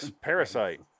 Parasite